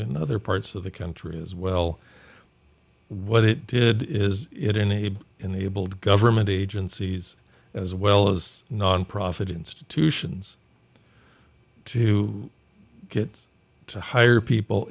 other parts of the country as well what it did is it enabled enabled government agencies as well as nonprofit institutions to get to hire people